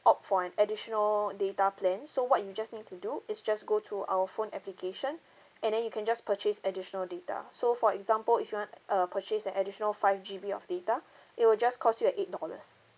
opt for an additional data plan so what you just need to do is just go to our phone application and then you can just purchase additional data so for example if you want uh purchase an additional five G_B of data it will just cost you an eight dollars